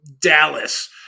Dallas